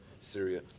Syria